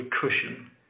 cushion